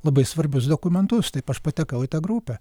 labai svarbius dokumentus taip aš patekau į tą grupę